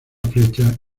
flecha